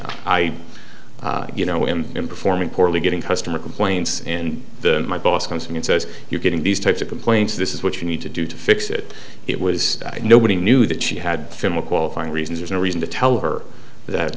right you know when in performing poorly getting customer complaints in the my boss comes in and says you're getting these types of complaints this is what you need to do to fix it it was that nobody knew that she had similar qualifying reasons there's no reason to tell her that